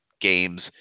games